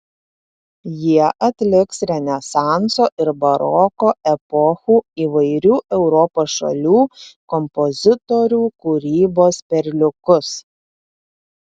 jie atliks renesanso ir baroko epochų įvairių europos šalių kompozitorių kūrybos perliukus